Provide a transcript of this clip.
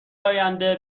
آینده